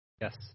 Yes